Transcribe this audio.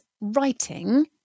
writing